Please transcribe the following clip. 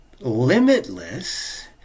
limitless